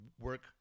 work